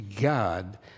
God